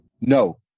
No